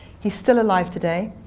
he's still alive today,